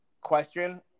question